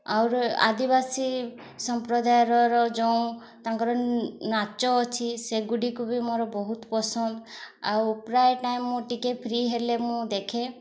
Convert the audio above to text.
ଆହୁରି ଆଦିବାସୀ ସମ୍ପ୍ରଦାୟର ର ଯେଉଁ ତାଙ୍କର ନାଚ ଅଛି ସେଗୁଡ଼ିକୁ ବି ମୋର ବହୁତ ପସନ୍ଦ ଆଉ ପ୍ରାୟ ଟାଇମ୍ ମୁଁ ଟିକିଏ ଫ୍ରୀ ହେଲେ ମୁଁ ଦେଖେ